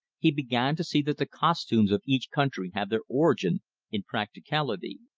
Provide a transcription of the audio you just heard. he began to see that the costumes of each country have their origin in practicality.